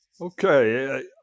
Okay